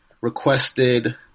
requested